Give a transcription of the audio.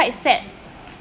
quite sad